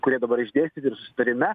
kurie dabar išdėstyti ir susitarime